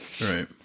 Right